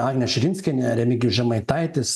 agnė širinskienė remigijus žemaitaitis